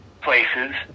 places